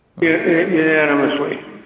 unanimously